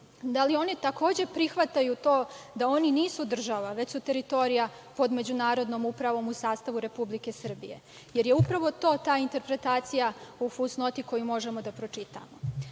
da li oni takođe prihvataju to da oni nisu država, već su teritorija pod međunarodnom upravom u sastavu Republike Srbije. Upravo je ta interpretacija u fusnoti koju možemo da pročitamo. Mi